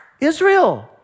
Israel